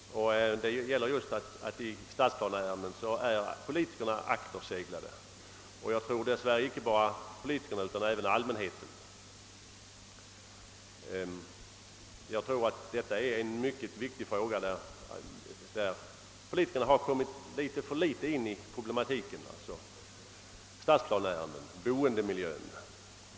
I stadsplaneärendena är politikerna akterseglade. Detta gäller dess värre inte bara politikerna utan också allmänheten. Jag tror att detta är en mycket viktig fråga, där politikerna kommit för litet in i den problematik som gäller stadsplaneärenden och boendemiljön.